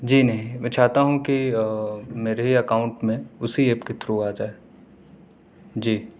جی نہیں میں چاہتا ہوں کہ میرے ہی اکاؤنٹ میں اسی ایپ کے تھرو آ جائے جی